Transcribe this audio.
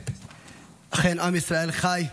אכן, עם ישראל חי.